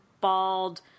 bald